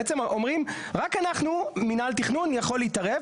בעצם אומרים שרק מינהל התכנון יכול להתערב,